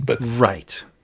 Right